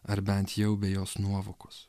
ar bent jau be jos nuovokos